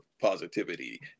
positivity